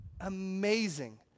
amazing